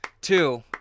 Two